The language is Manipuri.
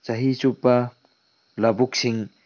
ꯆꯍꯤ ꯆꯨꯞꯄ ꯂꯧꯕꯨꯛꯁꯤꯡ